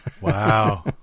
Wow